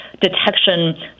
detection